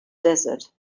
desert